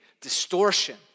distortion